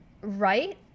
Right